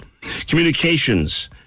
Communications